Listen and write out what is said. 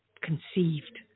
conceived